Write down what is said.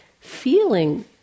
feeling